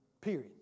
Period